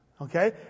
Okay